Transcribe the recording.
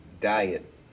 Diet